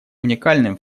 уникальным